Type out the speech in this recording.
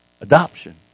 Adoption